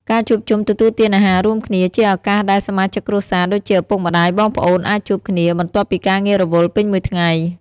ការជួបជុំទទួលទានអាហាររួមគ្នា ជាឱកាសដែលសមាជិកគ្រួសារដូចជា ឪពុក ម្តាយ បងប្អូន អាចជួបគ្នា បន្ទាប់ពីការងាររវល់ពេញមួយថ្ងៃ។